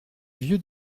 vieux